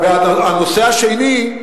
והנושא השני,